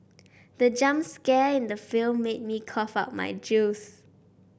the jump scare in the film made me cough out my juice